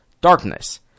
Darkness